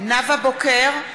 נאוה בוקר,